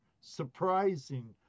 surprising